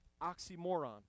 oxymoron